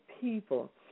people